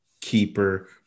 Keeper